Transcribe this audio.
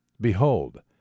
Behold